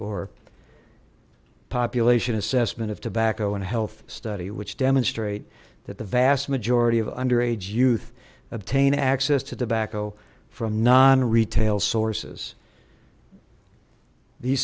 or population assessment of tobacco and health study which demonstrate that the vast majority of underage youth obtain access to tobacco from non retail sou